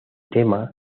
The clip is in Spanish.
tema